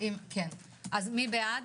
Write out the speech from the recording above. מי בעד?